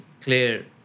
clear